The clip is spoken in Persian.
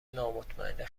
نامطمئن